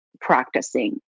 practicing